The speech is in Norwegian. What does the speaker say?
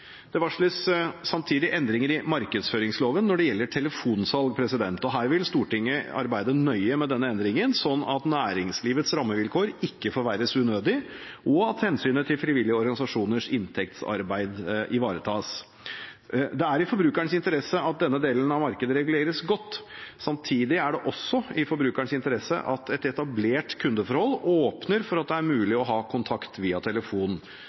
Det varsles samtidig endringer i markedsføringsloven når det gjelder telefonsalg. Stortinget vil arbeide nøye med denne endringen, slik at næringslivets rammevilkår ikke forverres unødig, og slik at hensynet til frivillige organisasjoners inntektsarbeid ivaretas. Det er i forbrukerens interesse at denne delen av markedet reguleres godt, samtidig er det også i forbrukerens interesse at et etablert kundeforhold åpner for at det er mulig å ha kontakt via